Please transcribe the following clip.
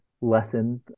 lessons